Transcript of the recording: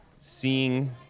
seeing